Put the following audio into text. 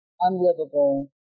unlivable